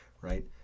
right